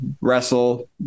wrestle